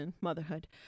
motherhood